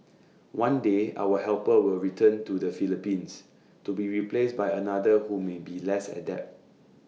one day our helper will return to the Philippines to be replaced by another who may be less adept